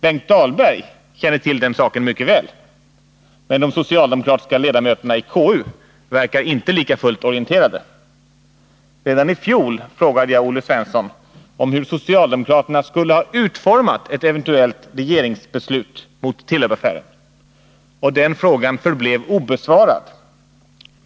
Benkt Dahlberg känner till den saken mycket väl, men de socialdemokratiska ledamöterna i konstitutionsutskottet verkar inte fullt lika orienterade. Redan i fjol frågade jag Olle Svensson hur socialdemokraterna skulle ha utformat ett eventuellt regeringsingripande mot Telub-affären, och den frågan förblev obesvarad.